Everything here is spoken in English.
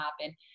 happen